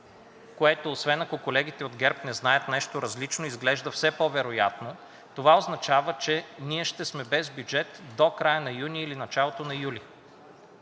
което, освен ако колегите от ГЕРБ не знаят нещо различно, изглежда все по-вероятно, това означава, че ние ще сме без бюджет до края на юни или началото на юли.